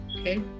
okay